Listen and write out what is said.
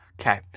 Okay